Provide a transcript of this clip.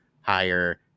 higher